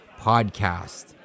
podcast